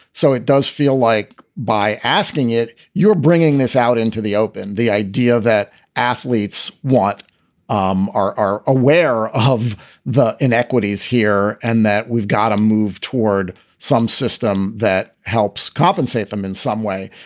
so it does feel like by asking it, you're bringing this out into the open. the idea that athletes. what um are are aware of the inequities here and that we've got to move toward some system that helps compensate them in some way?